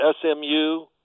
SMU